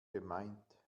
gemeint